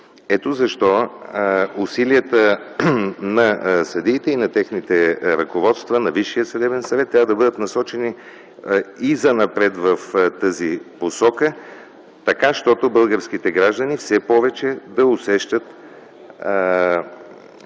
Ето защо усилията на съдиите и на техните ръководства, на Висшия съдебен съвет, трябва да бъдат насочени занапред в тази посока, така че българските граждани все повече да усещат